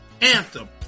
anthem